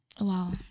Wow